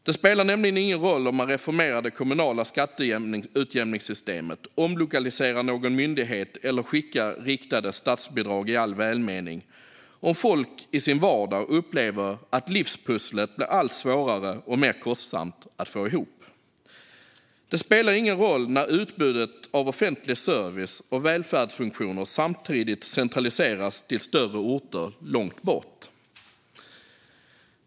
Det spelar nämligen ingen roll om man reformerar det kommunala skatteutjämningssystemet, omlokaliserar någon myndighet eller skickar riktade statsbidrag i all välmening om folk i sin vardag upplever att livspusslet blir allt svårare och alltmer kostsamt att få ihop. Det spelar ingen roll när utbudet av offentlig service och välfärdsfunktioner samtidigt centraliseras till större orter långt bort.